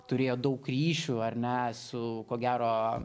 turėjo daug kryžių ar ne su ko gero